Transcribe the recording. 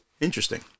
Interesting